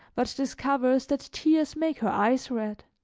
but discovers that tears make her eyes red.